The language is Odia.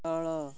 ତଳ